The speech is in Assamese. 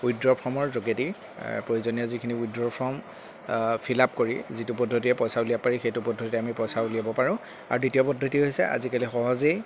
উইথড্ৰ ফৰ্মৰ যোগেদি প্ৰয়োজনীয় যিখিনি উইথড্ৰ ফৰ্ম ফিলাপ কৰি যিটো পদ্ধতিৰে পইচা উলিয়াব পাৰি সেইটো পদ্ধতিৰে আমি পইচা উলিয়াব পাৰোঁ আৰু দ্বিতীয় পদ্ধতি হৈছে আজিকালি সহজেই